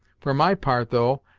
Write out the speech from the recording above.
for my part, though,